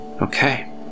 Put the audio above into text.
Okay